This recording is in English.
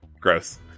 Gross